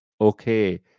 Okay